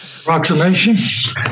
Approximation